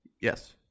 yes